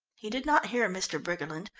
he did not hear mr. briggerland,